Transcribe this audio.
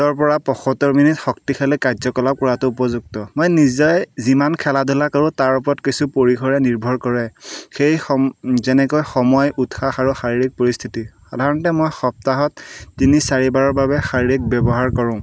তৰ পৰা পঁসত্তৰ মিনিট শক্তিশালী কাৰ্যকলাপ কৰাতো উপযুক্ত মই নিজেই যিমান খেলা ধূলা কৰোঁ তাৰ ওপৰত কিছু পৰিসৰে নিৰ্ভৰ কৰে সেই সম যেনেকৈ সময় উৎসাহ আৰু শাৰীৰিক পৰিস্থিতি সাধাৰণতে মই সপ্তাহত তিনি চাৰি বাৰৰ বাবে শাৰীৰিক ব্যৱহাৰ কৰোঁ